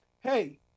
hey